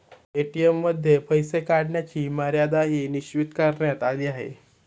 ATM मध्ये पैसे काढण्याची मर्यादाही निश्चित करण्यात आली आहे